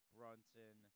Brunson